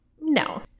No